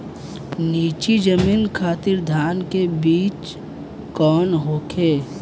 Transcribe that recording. नीची जमीन खातिर धान के बीज कौन होखे?